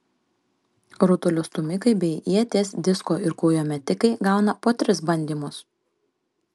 rutulio stūmikai bei ieties disko ir kūjo metikai gauna po tris bandymus